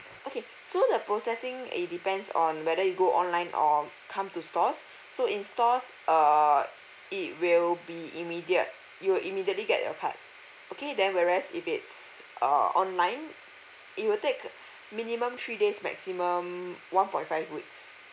okay so the processing it depends on whether you go online or come to stores so in stores err it will be immediate you'll immediately get your card okay then whereas if it's uh online it will take minimum three days maximum one point five weeks